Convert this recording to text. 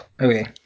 Okay